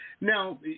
Now